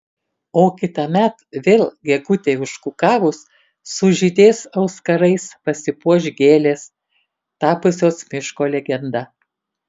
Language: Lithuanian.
o kitąmet vėl gegutei užkukavus sužydės auskarais pasipuoš gėlės tapusios miško legenda